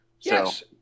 Yes